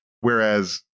Whereas